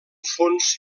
fons